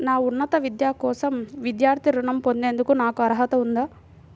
నా ఉన్నత విద్య కోసం విద్యార్థి రుణం పొందేందుకు నాకు అర్హత ఉందా?